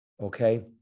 Okay